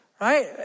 right